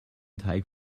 teig